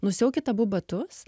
nusiaukit abu batus